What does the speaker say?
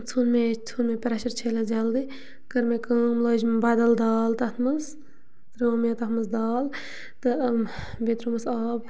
ژھُن مےٚ یہِ ژھُن مےٚ پرٛٮ۪شَر چھٔلِتھ جلدی کٔر مےٚ کٲم لٲج مےٚ بَدَل دال تَتھ مَنٛز ترٛٲو مےٚ تَتھ منٛز دال تہٕ بیٚیہِ ترٛومَس آب